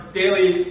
daily